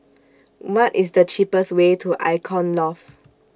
What IS The cheapest Way to Icon Loft